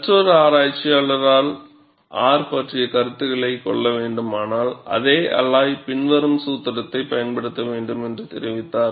மற்றொரு ஆராய்ச்சியாளர் R பற்றிய கருத்தில் கொள்ள வேண்டுமானால் அதே அலாய் பின்வரும் சூத்திரத்தைப் பயன்படுத்த வேண்டும் என்று தெரிவித்தார்